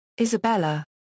Isabella